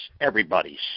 everybody's